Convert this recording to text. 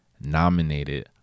nominated